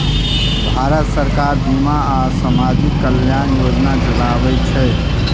भारत सरकार अनेक बीमा आ सामाजिक कल्याण योजना चलाबै छै